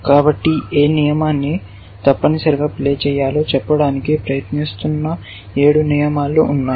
కాబట్టి ఏ నియమాన్ని తప్పనిసరిగా ప్లే చేయాలో చెప్పడానికి ప్రయత్నిస్తున్న 7 నియమాలు ఉన్నాయి